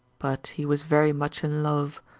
but he was very much in love.